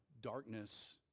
darkness